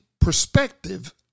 perspective